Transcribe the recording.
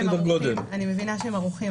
אני מבינה שהם ערוכים,